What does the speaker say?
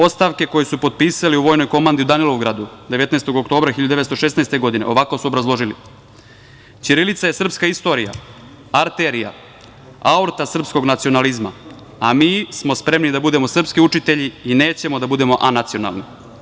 Ostavke koje su potpisali u vojnoj komandi u Danilovgradu, 19. oktobra 1916. godine, ovako su obrazložili - ćirilica je srpska istorija, arterija, aorta srpskog nacionalizma, a mi smo spremni da budemo srpski učitelji i nećemo da budemo anacionalni.